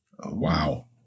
Wow